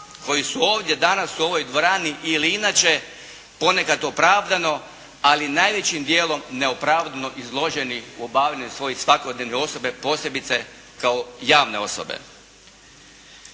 koji su ovdje danas ovdje u ovoj dvorani ili inače ponekad opravdano ali najvećim djelom neopravdano izloženi u obavljanju svoje svakodnevne osobe posebice kao javne osobe.